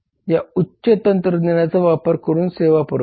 या उच्च तंत्रज्ञानाचा वापर करून सेवा पुरवितात